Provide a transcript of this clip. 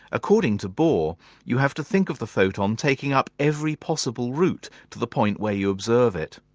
according to bohr you have to think of the photon taking up every possible route to the point where you observe it.